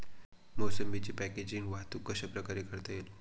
मोसंबीची पॅकेजिंग वाहतूक कशाप्रकारे करता येईल?